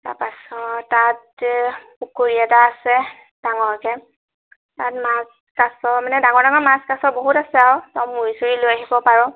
তাৰপাছত তাত পুখুৰী এটা আছে ডাঙৰকৈ তাত মাছ কাছ মানে ডাঙৰ ডাঙৰ মাছ কাছ বহুত আছে আৰু তই মুৰি চুৰি লৈ আহিব পাৰ